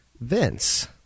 Vince